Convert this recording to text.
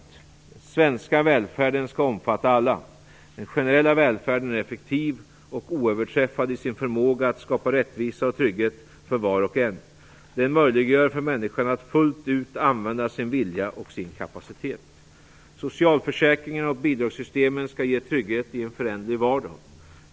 Den svenska välfärden skall omfatta alla. Den generella välfärden är effektiv och oöverträffad i sin förmåga att skapa rättvisa och trygghet för var och en. Den möjliggör för människan att fullt ut använda sin vilja och sin kapacitet. Socialförsäkringarna och bidragssystemen skall ge trygghet i en föränderlig vardag.